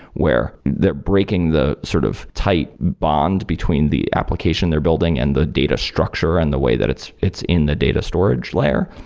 where they're breaking the sort of tight bond between the application they're building and the data structure and the way that it's it's in the data storage layer,